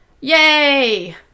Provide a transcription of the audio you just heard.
Yay